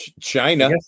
china